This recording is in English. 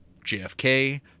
JFK